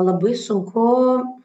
labai sunku